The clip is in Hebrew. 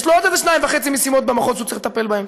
יש לו עוד איזה שתיים וחצי משימות במחוז שהוא צריך לטפל בהן.